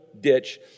ditch